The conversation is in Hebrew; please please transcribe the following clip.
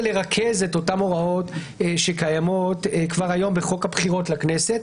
זה ריכוז אותן הוראות שקיימות כבר היום בחוק הבחירות לכנסת,